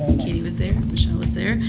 katie was there, michelle was there.